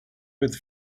with